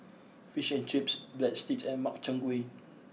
Fish and Chips Breadsticks and Makchang Gui